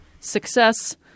success